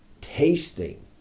tasting